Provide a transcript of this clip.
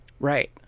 Right